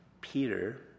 Peter